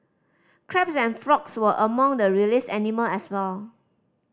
crabs and frogs were among the released animal as well